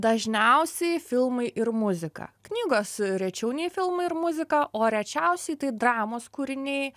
dažniausiai filmai ir muzika knygos rečiau nei filmai ir muzika o rečiausiai tai dramos kūriniai